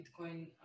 Bitcoin